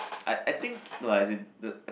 I I think no as in the